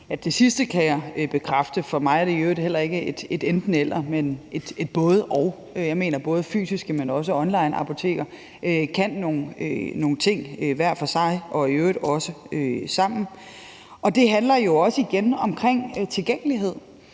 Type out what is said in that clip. Det sidste kan jeg bekræfte. For mig er det i øvrigt heller ikke et enten-eller, men et både-og. Jeg mener, at både fysiske apoteker, men også onlineapoteker kan nogle ting hver for sig og i øvrigt også sammen. Og det handler jo også igen om tilgængelighed,